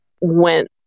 went